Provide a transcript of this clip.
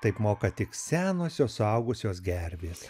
taip moka tik senosios suaugusios gervės